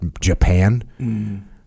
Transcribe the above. Japan